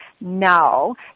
No